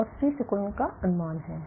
और C सिकुड़न का अनुमान है